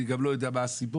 אני גם לא יודע מה הסיבות,